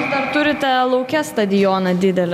jūs dar turite lauke stadioną didelį